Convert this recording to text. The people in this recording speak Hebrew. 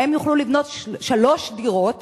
הם יוכלו לבנות שלוש דירות,